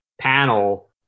panel